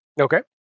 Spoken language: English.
Okay